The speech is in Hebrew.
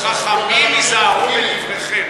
חכמים היזהרו בדבריכם.